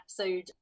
episode